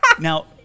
Now